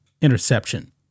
interception